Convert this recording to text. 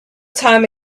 time